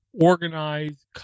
organize